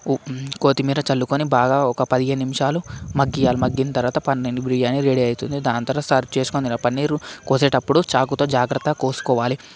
కొత్తిమీర చల్లుకొని బాగా ఒక పదిహేను నిమిషాలు మగ్గనియాలి మగ్గిన తర్వాత పన్నీరు బిర్యానీ రెడీ అవుతుంది దాని తర్వాత సర్వ్ చేసుకొని తినాలి పన్నీరు కోసేటప్పుడు చాకుతో జాగ్రత్తగా కోసుకోవాలి